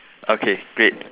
okay great